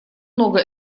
много